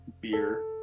beer